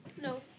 No